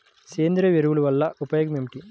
సేంద్రీయ ఎరువుల వల్ల ఉపయోగమేమిటీ?